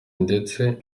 ndetse